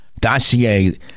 Dossier